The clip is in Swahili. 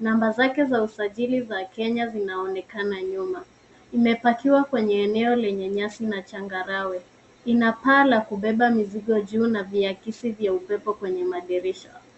Namba zake za usajili za Kenya zinaonekana nyuma. Imepakiwa kwenye eneo lenye nyasi na changarawe. Ina paa ya kubeba mizigo juu na viakisi vya upepo kwenye madirisha.